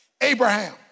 Abraham